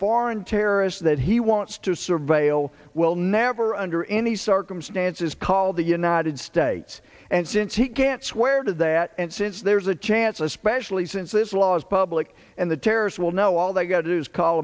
foreign terrorist that he wants to surveil well we'll never under any circumstances call the united states and since he can't swear to that and since there's a chance especially since this law is public and the terrorist will know all they've got to do is call